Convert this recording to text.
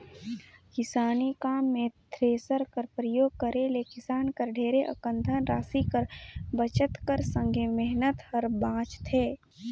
किसानी काम मे थेरेसर कर परियोग करे ले किसान कर ढेरे अकन धन रासि कर बचत कर संघे मेहनत हर बाचथे